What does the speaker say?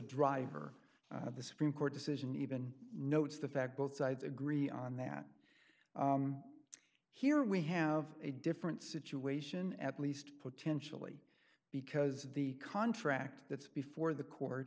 driver of the supreme court decision even notes the fact both sides agree on that here we have a different situation at least potentially because the contract that's before the court